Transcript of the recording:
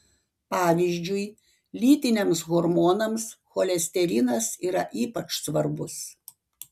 pavyzdžiui lytiniams hormonams cholesterinas yra ypač svarbus